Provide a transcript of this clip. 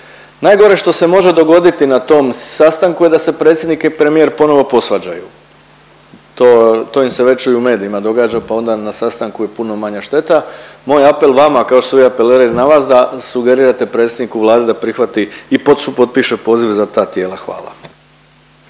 Najgore što se može dogoditi na tom sastanku je da se predsjednik i premijer ponovo posvađaju. To im se već i u medijima događa pa onda na sastanku je puno manja šteta. Moj apel vama kao što svi apeliraju na vas da sugerirate predsjedniku Vlade da prihvati i supotpiše poziv za ta tijela. Hvala.